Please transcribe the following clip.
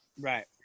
Right